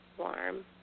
warm